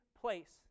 place